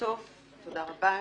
תודה רבה.